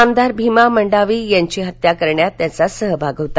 आमदार भीमा मंडावी यांची हत्या करण्यात त्याचा सहभाग होता